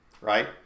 right